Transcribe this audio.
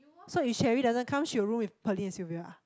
so if Sherry doesn't come she'll room with Pearlyn and Sylvia ah